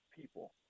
people